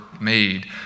made